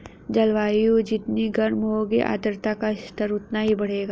जलवायु जितनी गर्म होगी आर्द्रता का स्तर उतना ही बढ़ेगा